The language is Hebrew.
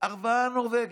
ארבעה נורבגים,